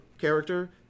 character